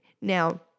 now